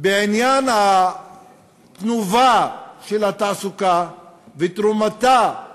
בעניין התנובה של התעסוקה ותרומתה